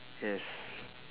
yes